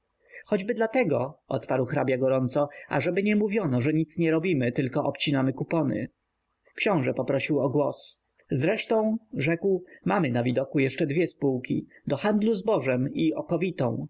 choćby dlatego odparł hrabia gorąco ażeby nie mówiono że nic nie robimy tylko obcinamy kupony książe poprosił o głos zresztą rzekł mamy na widoku jeszcze dwie spółki do handlu zbożem i okowitą